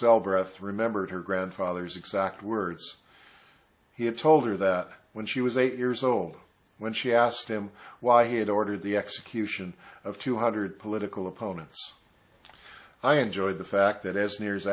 sell breath remember her grandfather's exact words he had told her that when she was eight years old when she asked him why he had ordered the execution of two hundred political opponents i enjoyed the fact that as ne